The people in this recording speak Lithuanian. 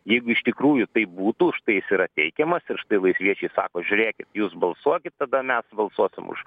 jeigu iš tikrųjų taip būtų už tai jis yra teikiamas ir štai valstiečiai sako žiūrėkit jūs balsuokit tada mes balsuosim už